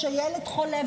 כשהילד חולה,